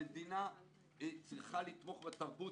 המדינה צריכה לתמוך בתרבות,